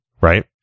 Right